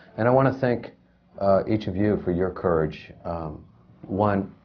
and i want to thank each of you for your courage one,